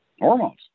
Hormones